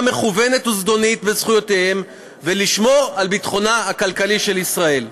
מכוונת וזדונית בזכויותיהם ולשמור על ביטחונה הכלכלי של ישראל.